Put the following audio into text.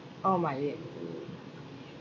all my li~